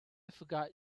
forgot